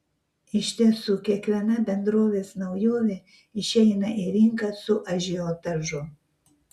iš tiesų kiekviena bendrovės naujovė išeina į rinką su ažiotažu